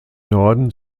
norden